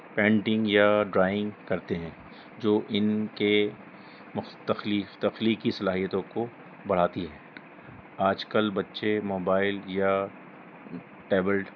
painting یا drawing کرتے ہیں جو ان کے مختفی تخلیقی صلاحیتوں کو بڑھاتی ہے آج کل بچے موبائل یا ٹیبل